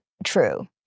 true